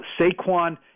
Saquon